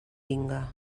vinga